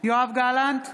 יואב גלנט,